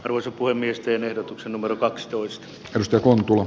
arvoisa puhemies ehdotuksen numero kaksitoista risto kumpula